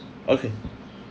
okay